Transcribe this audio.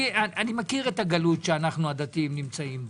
אני מכיר את הגלות שאנו הדתיים נמצאים בה.